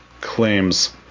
claims